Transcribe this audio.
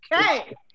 Okay